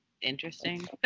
interesting